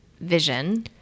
vision